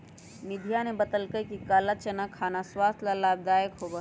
निधिया ने बतल कई कि काला चना खाना स्वास्थ्य ला लाभदायक होबा हई